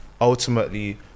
ultimately